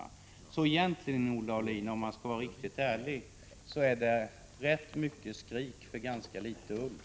Om man skall vara riktigt ärlig, Olle Aulin, får man väl säga att det egentligen är ganska mycket skrik för litet ull.